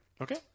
okay